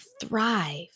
thrive